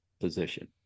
position